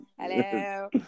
Hello